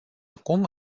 acum